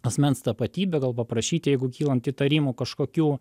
asmens tapatybe gal paprašyti jeigu kylant įtarimų kažkokių